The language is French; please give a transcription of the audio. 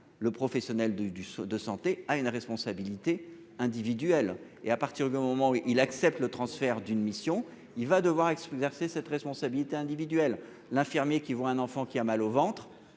Le professionnel du du de santé a une responsabilité individuelle et à partir du moment où il accepte le transfert d'une mission, il va devoir ex-verser cette responsabilité individuelle l'infirmier qui voit un enfant qui a mal au ventre.